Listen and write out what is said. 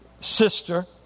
sister